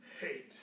hate